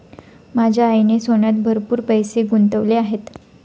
माझ्या आईने सोन्यात भरपूर पैसे गुंतवले आहेत